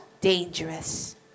dangerous